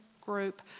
group